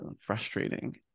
frustrating